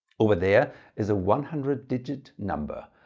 over there is a one hundred digit number.